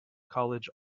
college